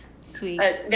sweet